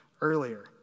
earlier